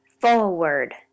forward